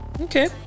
Okay